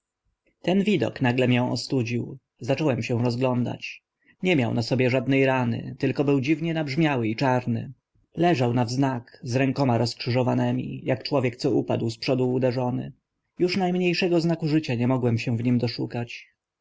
ten widok nagle mię ostudził zacząłem się rozglądać nie miał na sobie żadne rany tylko był dziwnie nabrzmiały i czarny leżał na wznak z rękami rozkrzyżowanymi ak człowiek co upadł z przodu uderzony już na mnie szego znaku życia nie mogłem się w nim doszukać